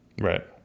Right